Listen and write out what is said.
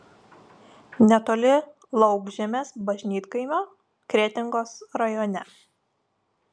netoli laukžemės bažnytkaimio kretingos rajone